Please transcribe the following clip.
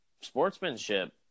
sportsmanship